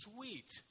Sweet